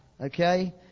Okay